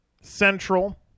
Central